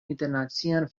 internacian